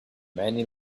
many